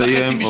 תסיים,